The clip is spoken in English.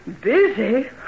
Busy